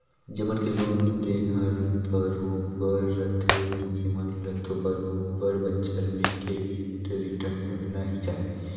जेमन के लोन देन हर बरोबर रथे ओ मइनसे मन ल तो बरोबर बच्छर में के रिटर्न भरना ही चाही